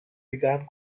began